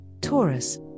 Taurus